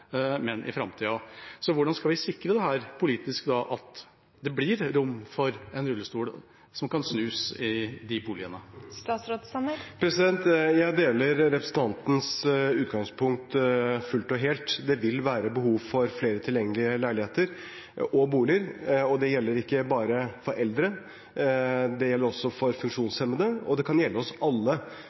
men i framtida. Så hvordan skal vi sikre dette politisk, at det blir rom for en rullestol som kan snus, i disse boligene? Jeg deler representanten Kjenseths utgangspunkt fullt og helt. Det vil være behov for flere tilgjengelige leiligheter og boliger, og det gjelder ikke bare for eldre; det gjelder også for funksjonshemmede, og det kan gjelde oss alle.